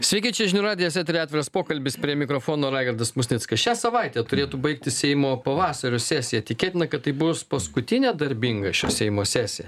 sveiki čia žinių radijas eteryje atviras pokalbis prie mikrofono raigardas musnickas šią savaitę turėtų baigtis seimo pavasario sesija tikėtina kad tai bus paskutinė darbinga šio seimo sesija